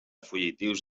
fugitius